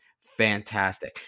fantastic